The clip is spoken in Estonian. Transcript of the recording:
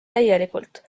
täielikult